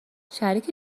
شریک